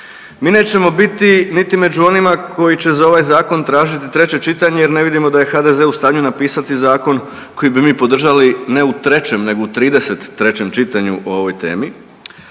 mi nećemo biti niti među onima koji će za ovaj zakon tražit 3. čitanje jer ne vidimo da je HDZ u stanju napisati zakon koji bi mi podržali ne u 3. nego u 33. čitanju o ovoj temi,